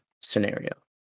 scenario